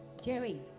Jerry